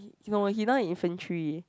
no he now in Infantry